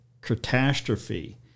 catastrophe